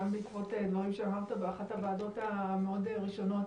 גם בעקבות דברים שאמרת באחת הוועדות המאוד ראשונות